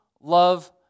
love